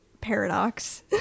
paradox